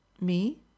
Me